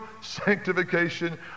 sanctification